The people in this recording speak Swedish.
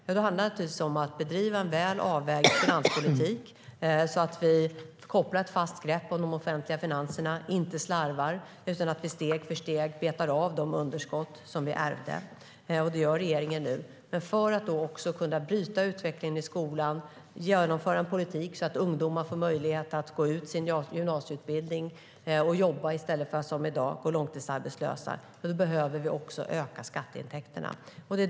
Jo, det handlar om att bedriva en väl avvägd finanspolitik så att vi kopplar ett fast grepp om de offentliga finanserna och inte slarvar utan steg för steg betar av de underskott som vi ärvde. Detta gör regeringen nu. För att kunna bryta utvecklingen i skolan och genomföra en politik så att ungdomar får möjlighet att gå ut sin gymnasieutbildning och jobba i stället för att som i dag gå långtidsarbetslösa behöver vi öka skatteintäkterna.